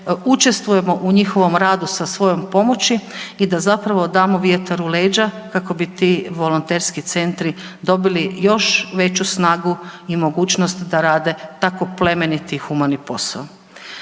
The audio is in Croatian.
učestvujemo u njihovom radu sa svojom pomoći i da zapravo damo vjetar u leđa kako bi ti volonterski centri dobili još veću snagu i mogućnost da rade tako plemeniti humani posao.